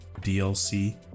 DLC